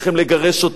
למחוק אותנו,